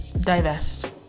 divest